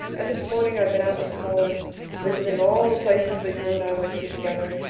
and this morning i've been out with colin visiting all the places that you and i went to together,